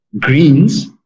greens